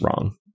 wrong